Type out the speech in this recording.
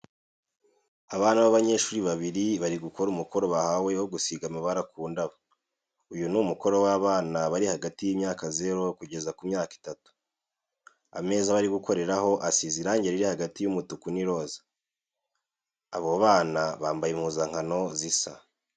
Abana b'abanyeshuri babiri bari gukora umukoro bahawe wo gusiga amabara mu ndabo. Uyu ni umukoro w'abana bari hagati y'imyaka zero kugeza ku myaka itatu. Ameza bari gukoreraho asize irange riri hagati y'umutuku n'iroza. Abo bana bambaye impuzankano zisa.